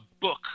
book